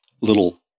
little